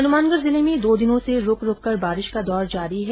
हनुमानगढ़ जिले में दो दिनों से रुक रुक कर बारिश का दौर जारी है